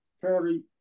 fairly